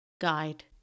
guide